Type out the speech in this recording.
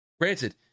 granted